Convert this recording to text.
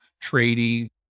trading